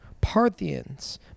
Parthians